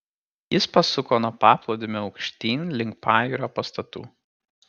jis pasuko nuo paplūdimio aukštyn link pajūrio pastatų